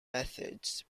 methods